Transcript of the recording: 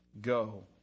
go